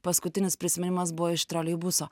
paskutinis prisiminimas buvo iš troleibuso